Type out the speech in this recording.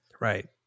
right